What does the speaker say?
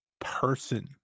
person